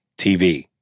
TV